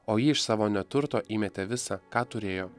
o ji iš savo neturto įmetė visa ką turėjo